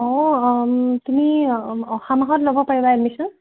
অঁ তুমি অহা মাহত ল'ব পাৰিবা এডমিশ্যন